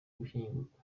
gushyingurwa